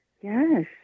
Yes